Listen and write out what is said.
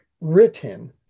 written